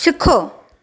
सिखो